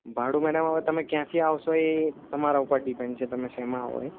ભાડું મેડમ હવે ક્યાંથી આવશો એ તમારા ઉપર ડીપેન્ડ છે તમે શેમાં આવો એ